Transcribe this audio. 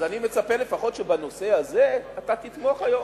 אז אני מצפה לפחות שבנושא הזה אתה תתמוך היום.